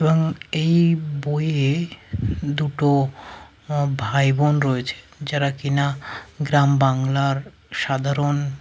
এবং এই বইয়ে দুটো ভাই বোন রয়েছে যারা কি না গ্রাম বাংলার সাধারণ